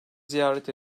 ziyaret